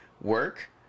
work